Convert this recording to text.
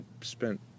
spent